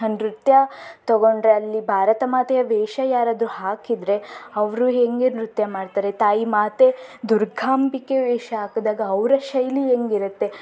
ನೃತ್ಯ ತಗೊಂಡರೆ ಅಲ್ಲಿ ಭಾರತ ಮಾತೆಯ ವೇಷ ಯಾರಾದರೂ ಹಾಕಿದರೆ ಅವರು ಹೇಗೆ ನೃತ್ಯ ಮಾಡ್ತಾರೆ ತಾಯಿ ಮಾತೆ ದುರ್ಗಾಂಬಿಕೆ ವೇಷ ಹಾಕಿದಾಗ ಅವರ ಶೈಲಿ ಹೆಂಗ್ ಇರುತ್ತೆ